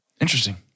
Interesting